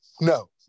no